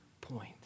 point